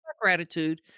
gratitude